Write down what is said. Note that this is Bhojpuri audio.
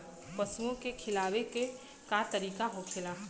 पशुओं के खिलावे के का तरीका होखेला?